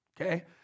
Okay